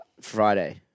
Friday